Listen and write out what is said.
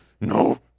no